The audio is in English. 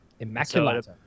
Immaculata